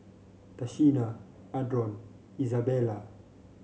Tashina Adron Izabella